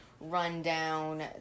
rundown